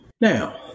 now